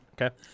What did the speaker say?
Okay